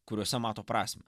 kuriuose mato prasmę